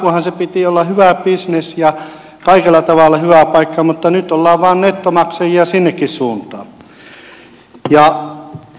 alkuunhan sen piti olla hyvä bisnes ja kaikella tavalla hyvä paikka mutta nyt ollaan vain nettomaksajia sinnekin suuntaan